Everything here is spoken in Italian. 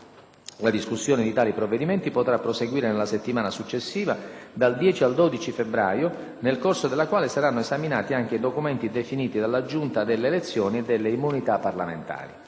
La discussione di tali provvedimenti potrà proseguire nella settimana successiva, dal 10 al 12 febbraio, nel corso della quale saranno esaminati anche i documenti definiti dalla Giunta delle elezioni e delle immunità parlamentari.